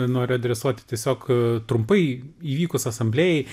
noriu adresuoti tiesiog trumpai įvykus asamblėjai